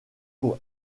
pour